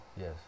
Yes